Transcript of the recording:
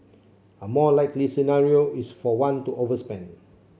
a more likely scenario is for one to overspend